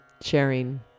sharing